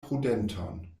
prudenton